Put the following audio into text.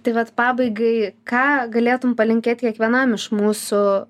tai vat pabaigai ką galėtum palinkėti kiekvienam iš mūsų